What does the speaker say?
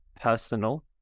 personal